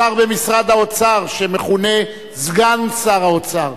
השר במשרד האוצר שמכונה סגן שר האוצר,